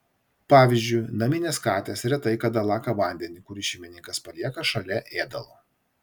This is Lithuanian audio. pavyzdžiui naminės katės retai kada laka vandenį kurį šeimininkas palieka šalia ėdalo